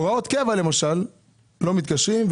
הוראות קבע למשל לא מתקשרים.